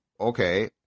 okay